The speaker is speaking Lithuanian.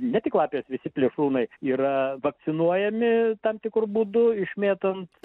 ne tik lapės visi plėšrūnai yra vakcinuojami tam tikru būdu išmėtant